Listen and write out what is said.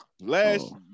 last